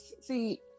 see